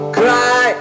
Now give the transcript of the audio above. cry